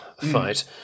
fight